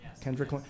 Kendrick